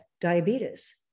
diabetes